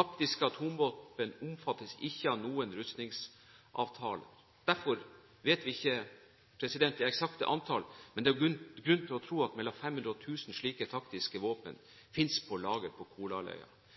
Taktiske atomvåpen omfattes ikke av noen rustningsavtaler. Derfor vet vi ikke det eksakte antall, men det er grunn til å tro at mellom 500 og 1 000 slike taktiske våpen finnes på lager på